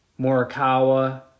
Morikawa